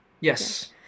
Yes